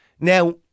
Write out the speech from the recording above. Now